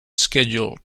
schedule